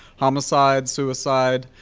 homicide, suicide,